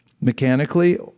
mechanically